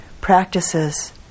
practices